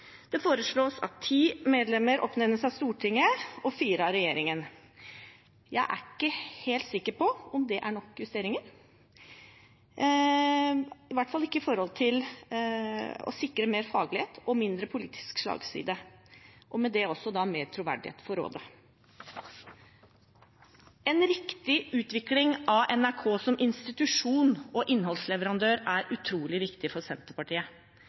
Det foreslås at ti medlemmer oppnevnes av Stortinget og fire av regjeringen. Jeg er ikke helt sikker på om det er nok justeringer, i hvert fall ikke med hensyn til å sikre mer faglighet og mindre politisk slagside, og med det også mer troverdighet for rådet. En riktig utvikling av NRK som institusjon og innholdsleverandør er utrolig viktig for Senterpartiet.